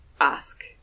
ask